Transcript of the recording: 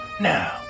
Now